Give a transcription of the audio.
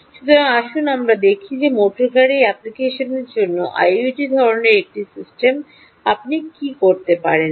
সুতরাং আসুন আমরা দেখি যে মোটরগাড়ি অ্যাপ্লিকেশনগুলির জন্য আইওটি ধরণের একটি সিস্টেম আপনি কী করতে পারেন